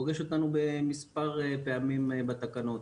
פוגש אותנו במספר פעמים בתקנות.